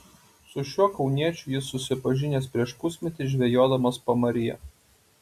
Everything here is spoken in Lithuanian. su šiuo kauniečiu jis susipažinęs prieš pusmetį žvejodamas pamaryje